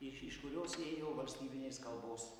iš iš kurios ėjo valstybinės kalbos